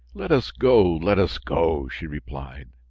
let us go, let us go! she replied.